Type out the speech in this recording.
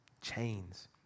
chains